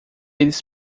eles